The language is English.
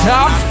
Top